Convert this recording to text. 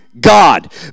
God